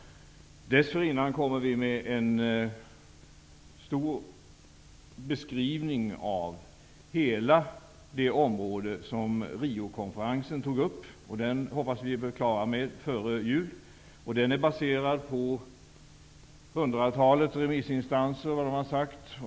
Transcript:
Dessförinnan kommer vi med en omfattande beskrivning av hela det område som Riokonferensen tog upp. Den hoppas vi vara klara med före jul. Den är baserad på vad hundratalet remissinstanser har sagt.